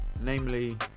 Namely